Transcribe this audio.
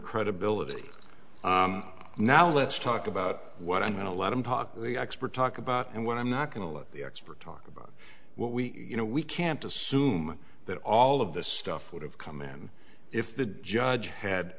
credibility now let's talk about what i'm going to let him talk talk about and what i'm not going to let the experts talk about what we you know we can't assume that all of this stuff would have come in if the judge had